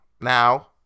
Now